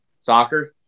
Soccer